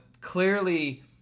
clearly